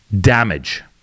damage